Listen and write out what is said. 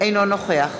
אינו נוכח